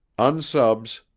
unsubs,